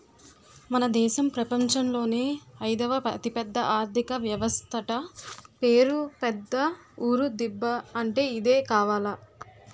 మన దేశం ప్రపంచంలోనే అయిదవ అతిపెద్ద ఆర్థిక వ్యవస్థట పేరు పెద్ద ఊరు దిబ్బ అంటే ఇదే కావాల